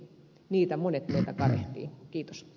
niitä monet meiltä kadehtivat